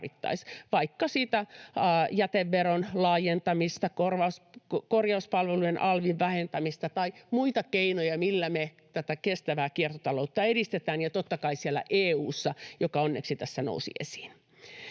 sitä jäteveron laajentamista, korjauspalvelujen alvin vähentämistä tai muita keinoja, millä me tätä kestävää kiertotaloutta edistetään, ja totta kai siellä EU:ssa, joka onneksi tässä nousi esiin.